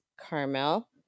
carmel